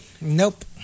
Nope